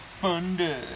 Thunder